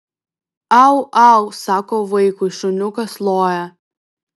au au sako vaikui šuniukas loja